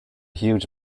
huge